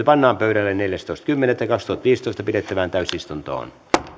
pannaan pöydälle neljästoista kymmenettä kaksituhattaviisitoista pidettävään täysistuntoon